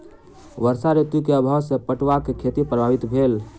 वर्षा ऋतू के अभाव सॅ पटुआक खेती प्रभावित भेल